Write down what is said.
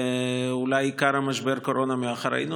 ואולי עיקר משבר הקורונה מאחורינו,